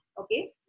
okay